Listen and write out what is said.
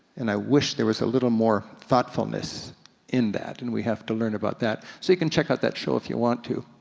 and i wish there was a little more thoughtfulness in that. and we have to learn about that. so you can check out that show if you want to.